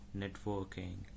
networking